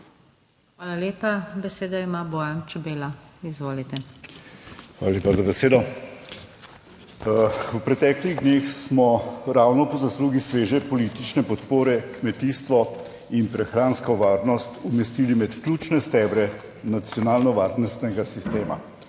Hvala lepa, besedo ima Bojan Čebela, izvolite. BOJAN ČEBELA (PS Svoboda): Hvala lepa za besedo. V preteklih dneh smo ravno po zaslugi sveže politične podpore kmetijstvo in prehransko varnost umestili med ključne stebre nacionalno varnostnega sistema.